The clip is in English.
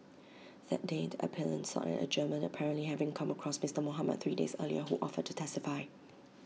that day the appellant sought an adjournment apparently having come across Mister Mohamed three days earlier who offered to testify